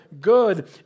good